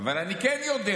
אבל אני כן יודע